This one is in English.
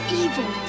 evil